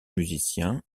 musicien